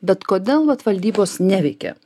bet kodėl vat valdybos neveikia